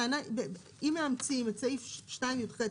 אם מאמצים את סעיף 2י"ח,